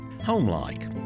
home-like